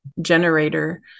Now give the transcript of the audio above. generator